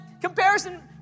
comparison